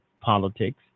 politics